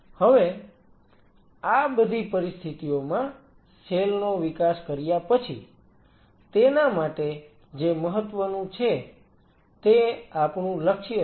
હવે આ બધી પરિસ્થિતિઓમાં સેલ નો વિકાસ કર્યા પછી તેના માટે જે મહત્વનું છે તે આપણું લક્ષ્ય છે